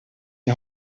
die